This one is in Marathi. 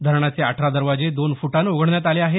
धरणाचे अठरा दरवाजे दोन फुटानं उघडण्यात आले आहेत